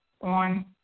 on